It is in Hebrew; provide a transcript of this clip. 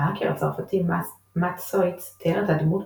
ההאקר הצרפתי מאט סויץ תיאר את הדמות,